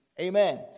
Amen